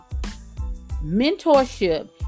mentorship